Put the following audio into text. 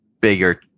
bigger